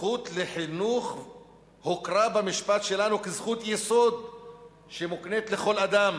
"הזכות לחינוך הוכרה במשפט שלנו כזכות יסוד שמוקנית לכל אדם,